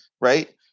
right